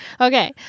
Okay